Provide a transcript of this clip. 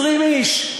20 איש.